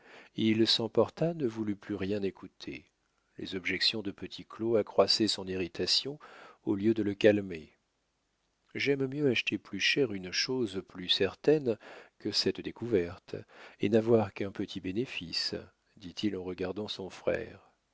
il s'emporta ne voulut plus rien écouter les objections de petit claud accroissaient son irritation au lieu de le calmer j'aime mieux acheter plus cher une chose plus certaine que cette découverte et n'avoir qu'un petit bénéfice dit-il en regardant son frère